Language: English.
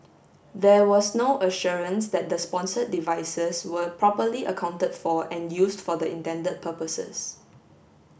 there was no assurance that the sponsored devices were properly accounted for and used for the intended purposes